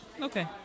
Okay